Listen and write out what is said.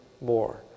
more